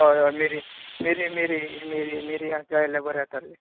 हय हय मिरी मिरी मिरी मिरी मिरी आसल्यार बरें जातासलें